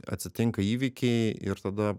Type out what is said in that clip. atsitinka įvykiai ir tada